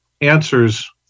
answers